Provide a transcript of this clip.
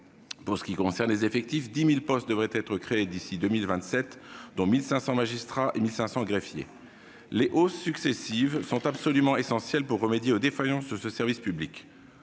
Pour ce qui concerne les effectifs, 10 000 postes devraient être créés d'ici à 2027, dont 1 500 de magistrats et 1 500 de greffiers. Les hausses successives sont absolument essentielles pour remédier aux défaillances de ce service public.